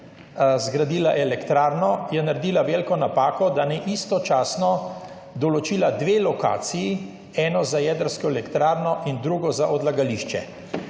zgradila elektrarno, je naredila veliko napako, da ni istočasno določila dve lokaciji, eno za jedrsko elektrarno in drugo za odlagališče.